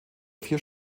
vier